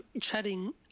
chatting